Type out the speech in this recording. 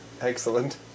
Excellent